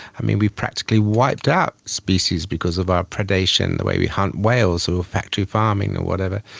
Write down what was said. i mean, we practically wiped out species because of our predation, the way we hunt whales, or factory farming or whatever.